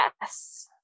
Yes